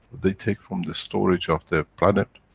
they take from the storage of the planet,